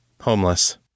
homeless